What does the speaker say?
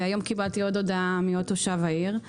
היום קיבלתי עוד הודעה מעוד תושב העיר.